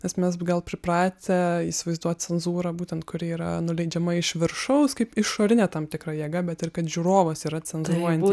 nes mes gal pripratę įsivaizduot cenzūrą būtent kur yra nuleidžiama iš viršaus kaip išorinė tam tikra jėga bet ir kad žiūrovas yra centruojanti